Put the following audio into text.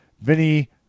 Vinny